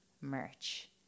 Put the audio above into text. merch